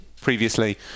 previously